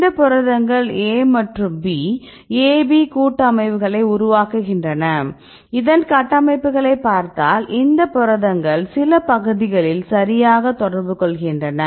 இந்த புரதங்கள் A மற்றும் B AB கூட்டமைவுகளை உருவாக்குகின்றன இதன் கட்டமைப்புகளைப் பார்த்தால் இந்த புரதங்கள் சில பகுதிகளில் சரியாக தொடர்பு கொள்கின்றன